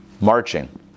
marching